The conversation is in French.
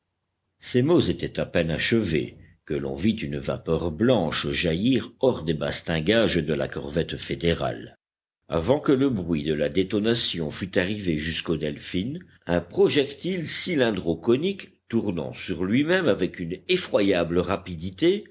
ces mots étaient à peine achevés que l'on vit une vapeur blanche jaillir hors des bastingages de la corvette fédérale avant que le bruit de la détonation fût arrivé jusqu'au delphin un projectile cylindro conique tournant sur lui-même avec une effroyable rapidité